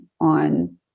on